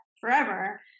forever